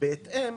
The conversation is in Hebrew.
בהתאם,